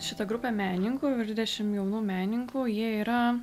šita grupė menininkų virš dvidešimt jaunų menininkų jie yra